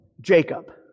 Jacob